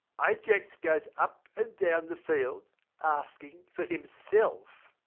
ajax goes up and down the field asking for himself.